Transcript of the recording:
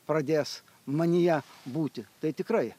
pradės manyje būti tai tikrai